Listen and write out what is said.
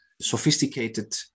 sophisticated